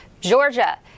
Georgia